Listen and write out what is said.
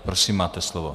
Prosím, máte slovo.